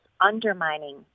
undermining